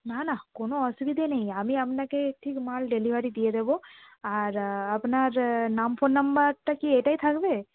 না না কোনো অসুবিধে নেই আমি আপনাকে ঠিক মাল ডেলিভারি দিয়ে দেবো আর আপনার নাম ফোন নাম্বারটা কি এটাই থাকবে